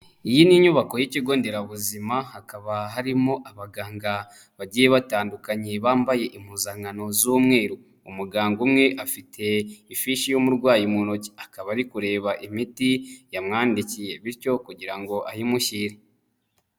Iyi ni inyubako y'ikigo nderabuzima hakaba harimo abaganga bagiye batandukanye bambaye impuzankano z'umweru, umuganga umwe afite ifishi y'umurwayi mu ntoki akaba ari kureba imiti yamwandikiye bityo kugira ngo ayimushyire.